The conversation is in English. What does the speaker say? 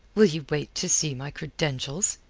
will ye wait to see my credentials?